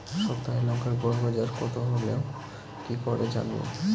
সপ্তাহে লংকার গড় বাজার কতো হলো কীকরে জানবো?